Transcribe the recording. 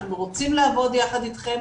אנחנו רוצים לעבוד יחד איתכם,